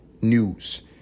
news